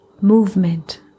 movement